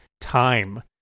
time